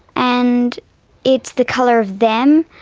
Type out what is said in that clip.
and it's the colour of them.